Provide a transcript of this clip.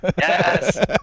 Yes